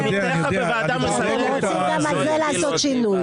כבר הייתי במצבים כאלה גם עם בנימין נתניהו כראש ממשלה מיועד,